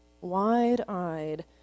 wide-eyed